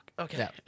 okay